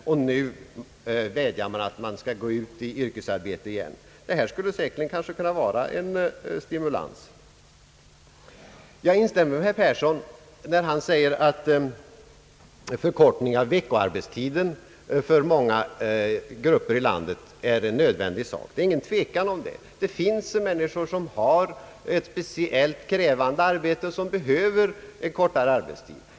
Man vädjar att de skall gå ut i yrkesarbete igen. Det vi nu talar om skulle säkerligen kunna vara en stimulans. Jag instämmer med herr Yngve Persson när han säger, att en förkortning av veckoarbetstiden för många grupper i landet är en nödvändig sak. Det råder ingen tvekan om det; det finns människor som har speciellt krävande arbete och som behöver kortare arbetstid.